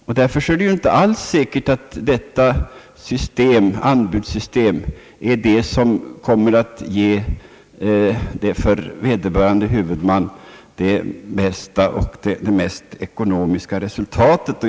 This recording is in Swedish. Det är därför inte alls säkert att anbudssystemet är det system, som ger de för vederbörande huvudman bästa och mest ekonomiska resultaten.